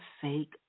sake